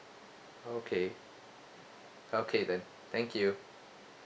okay okay then thank you